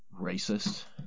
racist